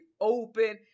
open